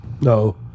No